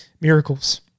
miracles